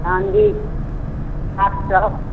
चाँदी सात सए